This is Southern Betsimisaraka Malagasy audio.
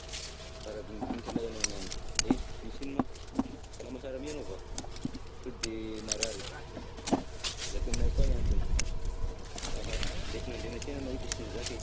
Karaha vignibignitra lahy agnao niany, e misy ino moa? Salama sara mi agnao va? Sao de marary, zakao aminahy koa ny antony, aha, lehy sy nandeha niasena anao io de sy nizaka e.